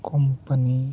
company